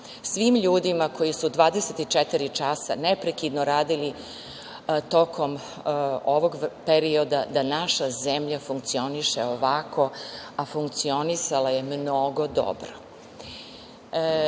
svim ljudima koji su 24 časa neprekidno radili tokom ovog perioda da naša zemlja funkcioniše ovako, a funkcionisala je mnogo